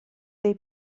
dei